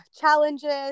challenges